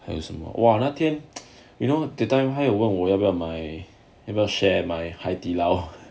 还有什么哇那天 you know that time 他有问我要不要买要不要 share 买 haidilao